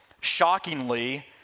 shockingly